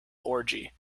orgy